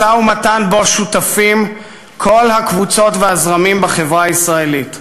משא-ומתן שבו שותפים כל הקבוצות והזרמים בחברה הישראלית.